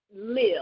live